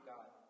God